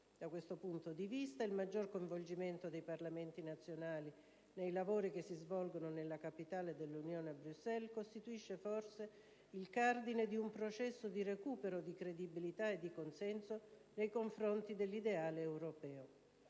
Da questo punto di vista, il maggiore coinvolgimento dei Parlamenti nazionali nei lavori che si svolgono nella capitale dell'Unione, Bruxelles, costituisce forse il cardine di un processo di recupero di credibilità e di consenso nei confronti dell'ideale europeo.